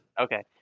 Okay